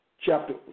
Chapter